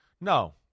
No